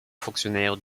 fonctionnaire